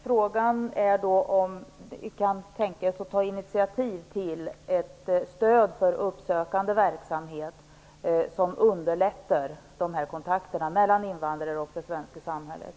Frågan är då om statsrådet kan tänkas ta initiativ till ett stöd för uppsökande verksamhet som underlättar kontakterna mellan invandrare och det svenska samhället.